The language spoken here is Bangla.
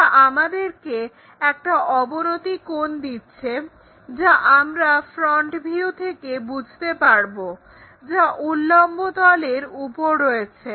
এটা আমাদেরকে একটা অবনতি কোণ দিচ্ছে যা আমরা ফ্রন্ট ভিউ থেকে বুঝতে পারব যা উল্লম্ব তলের উপর রয়েছে